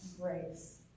grace